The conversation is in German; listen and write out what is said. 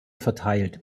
verteilt